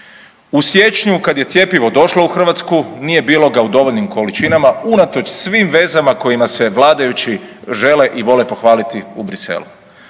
U siječnju kad je cjepivo došlo u Hrvatsku nije bilo ga u dovoljnim količinama unatoč svim vezama kojima se vladajući žele i vole pohvaliti u Briselu.